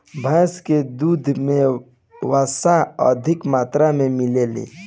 भैस के दूध में वसा अधिका मात्रा में मिलेला